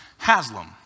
Haslam